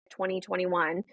2021